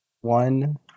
One